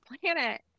planet